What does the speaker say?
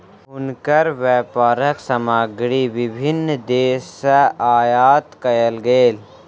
हुनकर व्यापारक सामग्री विभिन्न देस सॅ आयात कयल गेल